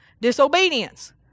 disobedience